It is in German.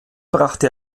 brachte